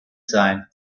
sein